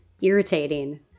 irritating